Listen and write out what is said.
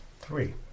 Three